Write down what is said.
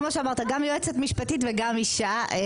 כמו שאמרת, גם יועצת משפטית וגם אישה.